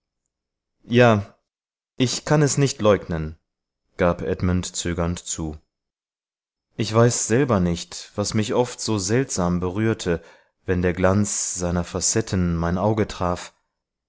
ja ich kann es nicht leugnen gab edmund zögernd zu ich weiß selber nicht was mich oft so seltsam berührte wenn der glanz seiner facetten mein auge traf